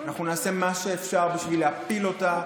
אנחנו נעשה מה שאפשר בשביל להפיל אותה,